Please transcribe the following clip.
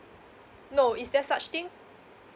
no is there such thing